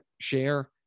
share